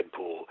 Deadpool